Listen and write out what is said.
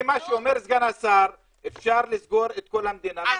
מה שאומר סגן השר אפשר לסגור את כל המדינה וזהו,